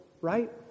right